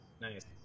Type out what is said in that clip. Nice